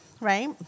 right